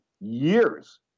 years